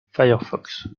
firefox